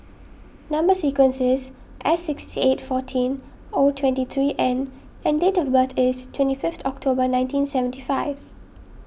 Number Sequence is S sixty eight fourteen O twenty three N and and date of birth is twenty fifth October nineteen seventy five